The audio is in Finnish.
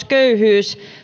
köyhyys